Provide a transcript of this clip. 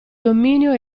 dominio